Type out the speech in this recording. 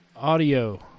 audio